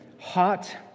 hot